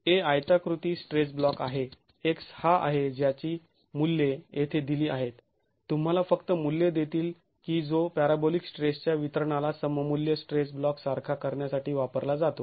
a आयताकृती stress block आहे x हा आहे त्याची मुल्ये येथे दिली आहेत तुंम्हाला फक्त मूल्ये देतील की जो पॅराबोलीक स्ट्रेसच्या वितरणाला सममूल्य स्ट्रेस ब्लॉक सारखा करण्यासाठी वापरला जातो